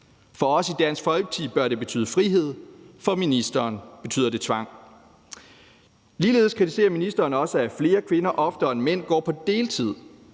mener vi, at det bør betyde frihed, men for ministeren betyder det tvang. Ligeledes kritiserer ministeren også, at flere kvinder oftere end mænd går på deltid,